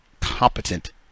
competent